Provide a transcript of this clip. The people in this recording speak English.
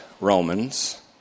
Romans